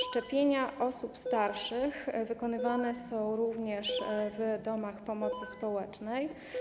Szczepienia osób starszych wykonywane są również w domach pomocy społecznej.